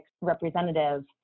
representative